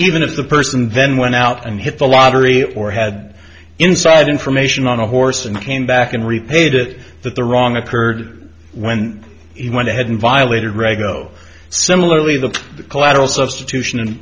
even if the person then went out and hit the lottery or had inside information on a horse and came back and repeated that the wrong occurred when he went ahead and violated rego similarly the collateral substitution and